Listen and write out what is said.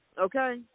Okay